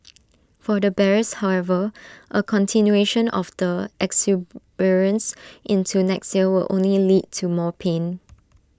for the bears however A continuation of the exuberance into next year will only lead to more pain